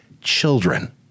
children